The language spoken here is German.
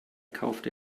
kaufte